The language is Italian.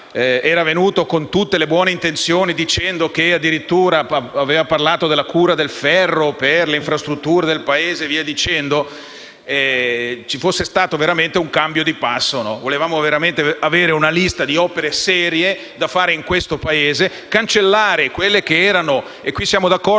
è venuto con tutte le buone intenzioni, dicendo che addirittura aveva parlato della cura del ferro per le infrastrutture del Paese, ci fosse davvero un cambio di passo. Volevamo davvero avere una lista di opere serie da fare in questo Paese, cancellando quelle che erano descritte - e qui siamo d'accordo